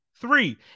Three